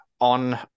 on